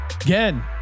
Again